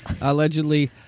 Allegedly